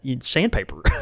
sandpaper